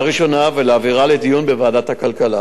ראשונה ולהעבירה לדיון בוועדת הכלכלה.